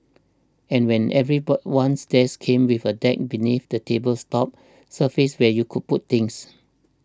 and when every ones desk came with a deck beneath the table's top surface where you could put things